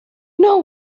know